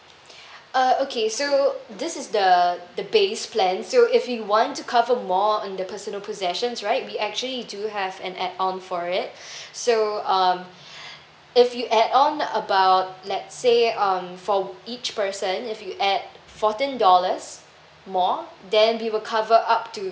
uh okay so this is the the base plan so if you want to cover more on the personal possessions right we actually do have an add on for it so um if you add on about let's say um for each person if you add fourteen dollars more then we'll cover up to